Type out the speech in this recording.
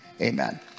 Amen